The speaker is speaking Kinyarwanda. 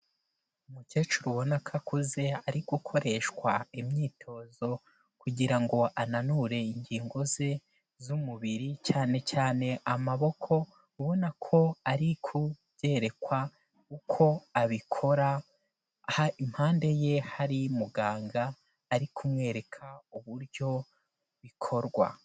Umukecuru ubona ko akuze ari gukoreshwa imyitozo kugira ngo ananure ingingo ze z'umubiri, cyane cyane amaboko ubona ko ari kubyerekwa uko abikora, aha impande ye hari muganga ari kumwereka uburyo bikorwa.